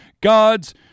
gods